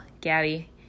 Gabby